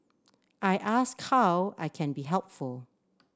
I ask how I can be helpful